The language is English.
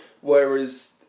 Whereas